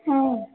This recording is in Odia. ହଁ